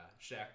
Shaq